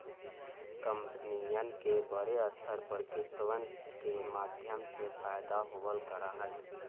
कम्पनियन के बडे स्तर पर किस्तवन के माध्यम से फयदा होवल करा हई